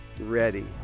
ready